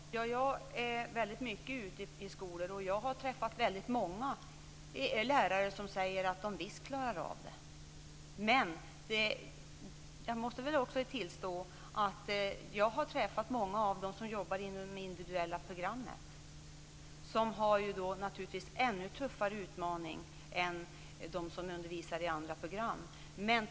Herr talman! Jag är väldigt mycket ute i skolor, och jag har träffat många lärare som säger att de visst klarar av det. Men jag måste väl tillstå att jag har träffat många som jobbar inom det individuella programmet. De har naturligtvis en ännu tuffare utmaning än de som undervisar i andra program.